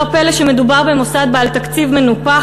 לא פלא שמדובר במוסד בעל תקציב מנופח,